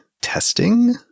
testing